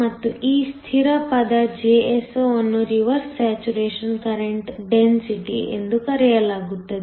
ಮತ್ತು ಈ ಸ್ಥಿರ ಪದ Jso ಅನ್ನು ರಿವರ್ಸ್ ಸ್ಯಾಚುರೇಶನ್ ಕರೆಂಟ್ ಡೆನ್ಸಿಟಿ ಎಂದು ಕರೆಯಲಾಗುತ್ತದೆ